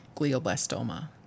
glioblastoma